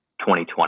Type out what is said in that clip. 2020